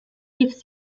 rief